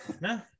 No